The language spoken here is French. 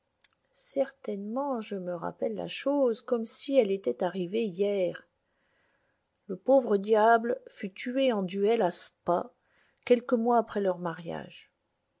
certainement je me rappelle la chose comme si elle était arrivée hier le pauvre diable fut tué en duel à spa quelques mois après leur mariage